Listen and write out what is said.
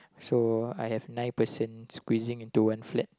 so I have nine person squeezing into one flat